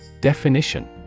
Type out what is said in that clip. Definition